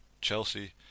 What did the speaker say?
Chelsea